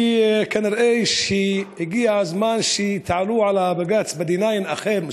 וכנראה הגיע הזמן שתעלו על בג"ץ ב-9D אחר,